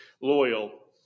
loyal